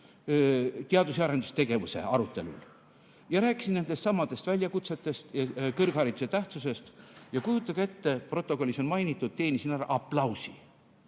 teadus- ja arendustegevuse arutelul ja rääkisin nendestsamadest väljakutsetest ja kõrghariduse tähtsusest. Ja kujutage ette, protokollis on mainitud, et ma teenisin ära aplausi.